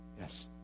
Yes